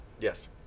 Yes